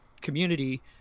community